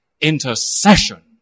intercession